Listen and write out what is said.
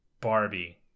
Barbie